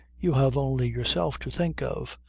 you have only yourself to think of.